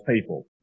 people